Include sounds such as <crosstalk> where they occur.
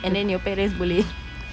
and then your parents boleh <laughs>